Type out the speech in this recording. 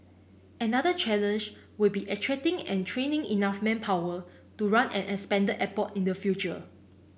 another challenge will be attracting and training enough manpower to run an expanded airport in the future